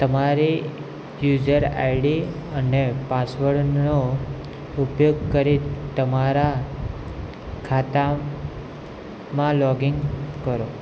તમારી user ID અને પાસવર્ડનો ઉપયોગ કરી તમારા ખાતામાં લોગીન કરો